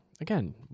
Again